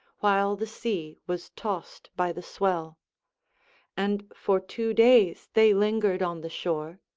while the sea was tossed by the swell and for two days they lingered on the shore,